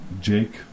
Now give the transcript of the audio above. jake